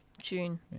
June